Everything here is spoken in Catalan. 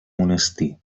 monestir